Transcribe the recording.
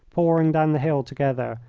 pouring down the hill together,